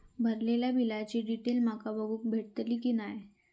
भरलेल्या बिलाची डिटेल माका बघूक मेलटली की नाय?